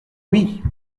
oui